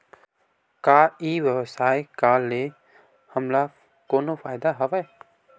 का ई व्यवसाय का ले हमला कोनो फ़ायदा हवय?